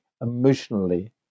emotionally